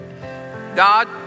God